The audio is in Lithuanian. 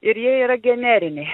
ir jie yra generiniai